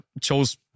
chose